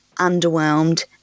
underwhelmed